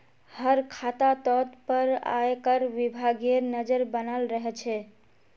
हर खातातोत पर आयकर विभागेर नज़र बनाल रह छे